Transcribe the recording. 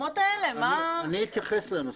אני אתייחס לנושא הזה.